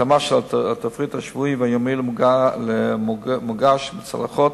התאמה של התפריט השבועי והיומי המוגש בצלחות